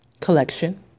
collection